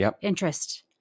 interest